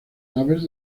naves